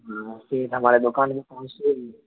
ہاں سیدھا ہمارے دکان پہ پہنچیے